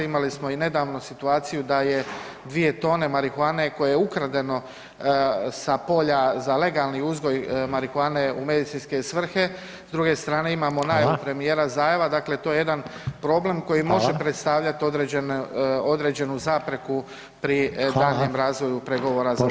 Imali smo i nedavno situaciju da je 2 tone marihuane koje je ukradeno sa polja za legalni uzgoj marihuane u medicinske svrhe, s druge strane imamo najavu [[Upadica: Hvala.]] premijera Zaeva, dakle to je jedan problem koji može predstavljati određenu zapreku pri daljnjem razvoju pregovora za ulazak u EU.